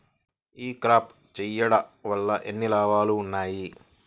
ఈ క్రాప చేయుట వల్ల ఎన్ని లాభాలు ఉన్నాయి?